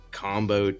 combo